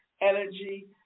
energy